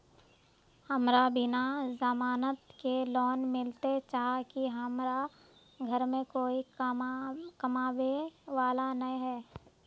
हमरा बिना जमानत के लोन मिलते चाँह की हमरा घर में कोई कमाबये वाला नय है?